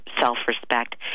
self-respect